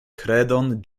kredon